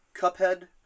Cuphead